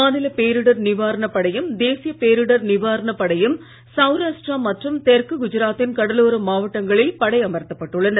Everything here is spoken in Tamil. மாநில பேரிடர் நிவாரணப் படையும் தேசிய பேரிடர் நிவாரணப் படையும் சவ்ராஷ்டிரா மற்றும் தெற்கு குஜராத்தின் கடலோர மாவட்டங்களில் படை அமர்த்தப்பட்டுள்ளனர்